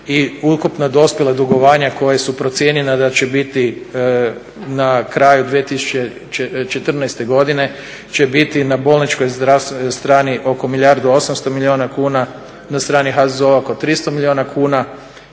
ukupna dospjela dugovanja koja su procijenjena da će biti na kraju 2014. godine će biti na bolničkoj strani oko milijardu i 800 milijuna kuna, na strani HZZO-a oko 300 milijuna kuna,